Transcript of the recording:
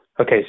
Okay